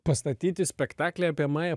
pastatyti spektaklį apie mają